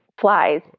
flies